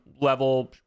level